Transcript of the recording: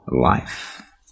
life